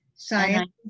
Science